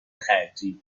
خرجی